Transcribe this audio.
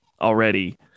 already